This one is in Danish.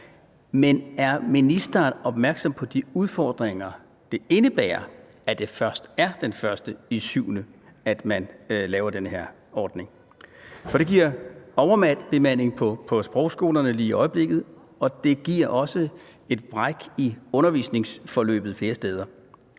Men er ministeren opmærksom på de udfordringer, det indebærer, at det først er den 1. juli, man laver den her ordning? For det giver en overbemanding på sprogskolerne lige i øjeblikket, og det giver også et afbræk i undervisningsforløbet flere steder.